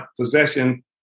possession